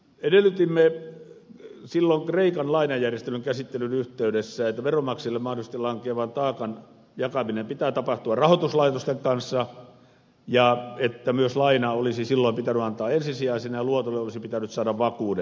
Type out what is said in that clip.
edellytimme silloin kreikan lainajärjestelyn käsittelyn yhteydessä että veronmaksajille mahdollisesti lankeavan taakan jakamisen pitää tapahtua rahoituslaitosten kanssa ja että myös laina olisi silloin pitänyt antaa ensisijaisena ja luotolle olisi pitänyt saada vakuudet